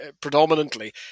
predominantly